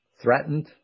threatened